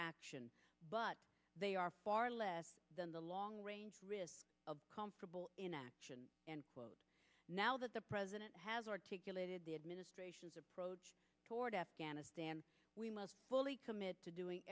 action but they are far less than the long range risks of comfortable inaction and now that the president has articulated the administration's approach toward afghanistan we must fully commit to doing